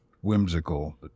whimsical